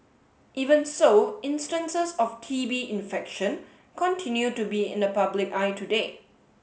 even so instances of T B infection continue to be in the public eye today